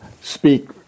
speak